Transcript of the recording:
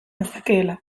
nezakeela